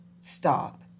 stop